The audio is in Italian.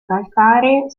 calcaree